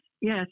yes